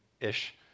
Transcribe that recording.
ish